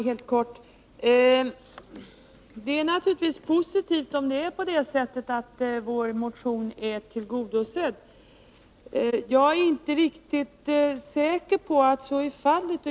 Herr talman! Det är naturligtvis positivt om det är på det sättet att vår motion är tillgodosedd. Jag är inte riktigt säker på att så är fallet.